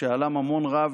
שעלה ממון רב,